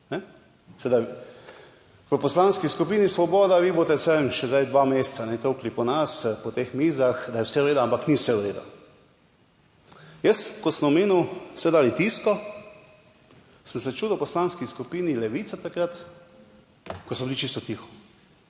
v Poslanski skupini Svoboda, vi boste vseeno še zdaj dva meseca tolkli po nas, po teh mizah, da je vse v redu ampak ni vse v redu. Jaz, ko sem omenil seveda Litijsko, sem se čudil Poslanski skupini Levica takrat, ko so bili čisto tiho.